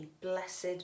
blessed